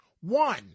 one